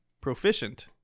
proficient